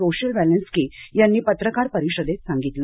Rochelle Walensky यांनी पत्रकार परिषदेत सांगितले